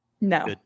No